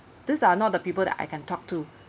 these are not the people that I can talk to